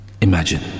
imagine